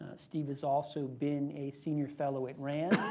ah steve has also been a senior fellow at rand,